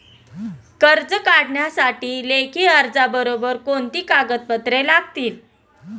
कर्ज करण्यासाठी लेखी अर्जाबरोबर कोणती कागदपत्रे लागतील?